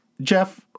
Jeff